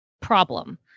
problem